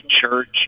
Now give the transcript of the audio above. church